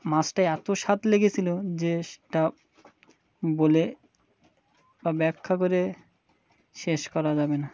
মাছটা এত স্বাদ লেগেছিল যে সেটা বলে বা ব্যাখ্যা করে শেষ করা যাবে না